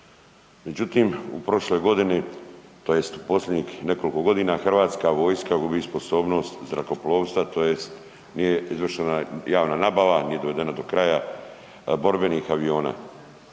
Međutim, u prošloj godini tj. u posljednjih nekoliko godina Hrvatska vojska gubi sposobnost zrakoplovstva tj. nije izvršena javna nabava, nije dovedena do kraja borbenih aviona.